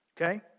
Okay